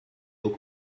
haut